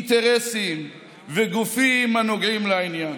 אינטרסים וגופים הנוגעים לעניין.